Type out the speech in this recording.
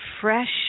fresh